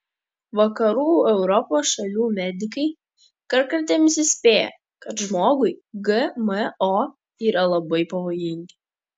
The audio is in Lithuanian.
vakarų europos šalių medikai kartkartėmis įspėja kad žmogui gmo yra labai pavojingi